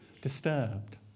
disturbed